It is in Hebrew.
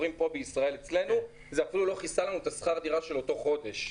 בישראל המענקים לא כיסו אפילו את שכר הדירה של אותו החודש.